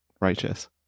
Righteous